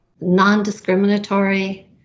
non-discriminatory